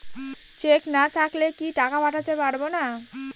Check না থাকলে কি টাকা পাঠাতে পারবো না?